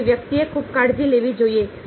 તેથી વ્યક્તિએ ખૂબ કાળજી લેવી જોઈએ